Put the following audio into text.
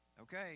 Okay